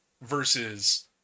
versus